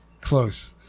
close